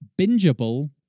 bingeable